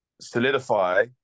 solidify